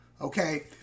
Okay